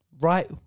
right